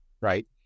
right